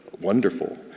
Wonderful